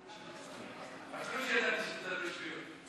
אפילו שידעתי שתדברי שטויות.